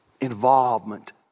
Involvement